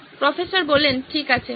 professor ঠিক আছে ভালো